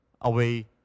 away